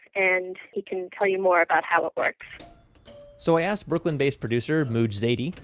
and he can tell you more about how it works so i asked brooklyn-based producer, mooj zadie.